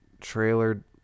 trailer